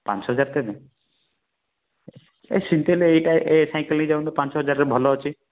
ପାଞ୍ଚ ହଜାର ଦେବେ ଏ ସେମିତି ହେଲେ ଏଇଟା ଏ ସାଇକେଲ ନେଇଯାଉନ ପାଞ୍ଚ ହଜାରରେ ଭଲ ଅଛି